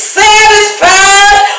satisfied